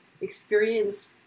experienced